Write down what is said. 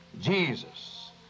Jesus